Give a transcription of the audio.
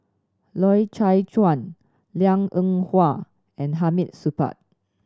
Loy Chye Chuan Liang Eng Hwa and Hamid Supaat